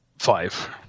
Five